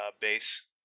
base